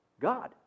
God